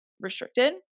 restricted